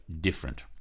different